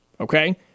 okay